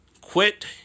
quit